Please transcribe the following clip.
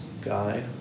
guy